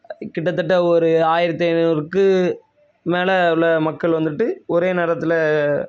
கிட்டத்தட்ட ஒரு ஆயிரத்தி ஐநூறுக்கு மேல் உள்ள மக்கள் வந்துட்டு ஒரே நேரத்தில்